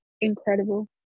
incredible